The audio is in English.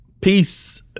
Peace